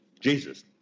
Jesus